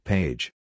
Page